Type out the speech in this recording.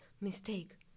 mistake